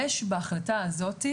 יש בהחלטה הזאת,